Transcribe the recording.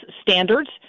standards